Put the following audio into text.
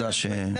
מה